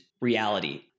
reality